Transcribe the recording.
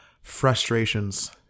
frustrations